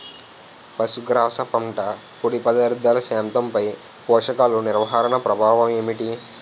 పశుగ్రాస పంట పొడి పదార్థాల శాతంపై పోషకాలు నిర్వహణ ప్రభావం ఏమిటి?